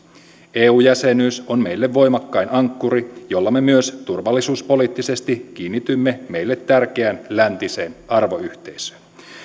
eu jäsenyys on meille voimakkain ankkuri jolla me myös turvallisuuspoliittisesti kiinnitymme meille tärkeään läntiseen arvoyhteisöön